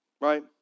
Right